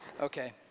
Okay